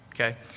Okay